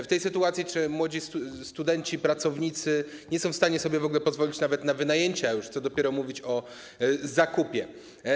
W tej sytuacji młodzi, studenci, pracownicy nie są w stanie sobie w ogóle pozwolić nawet na wynajęcie, a co dopiero mówić o zakupie.